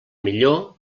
millor